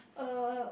uh